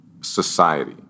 society